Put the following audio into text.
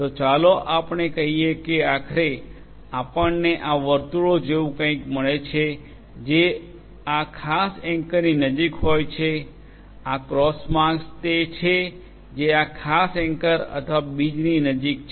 તો ચાલો આપણે કહીએ કે આખરે આપણને આ વર્તુળો જેવું કંઈક મળે છે જે આ ખાસ એન્કરની નજીક હોય છે આ ક્રોસ માર્ક્સ તે છે જે આ ખાસ એન્કર અથવા બીજની નજીક છે